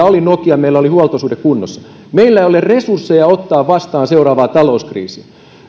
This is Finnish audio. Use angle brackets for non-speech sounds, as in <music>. <unintelligible> oli nokia meillä oli huoltosuhde kunnossa meillä ei ole resursseja ottaa vastaan seuraavaa talouskriisiä